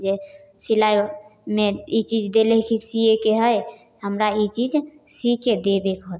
जे सिलाइमे ई चीज देले छिए सिएके हइ हमरा ई चीज सीके देबेके होतै